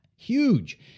huge